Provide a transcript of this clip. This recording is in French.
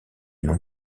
non